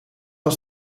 was